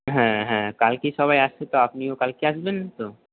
হ্যাঁ হ্যাঁ কালকে সবাই আসছে তো আপনিও কালকে আসবেন তো